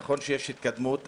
נכון שיש התקדמות,